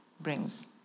brings